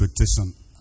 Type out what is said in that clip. expectation